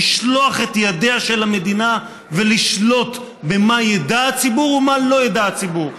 לשלוח את ידיה של המדינה ולשלוט במה ידע הציבור ובמה לא ידע הציבור,